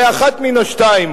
הרי אחת מן השתיים,